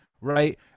right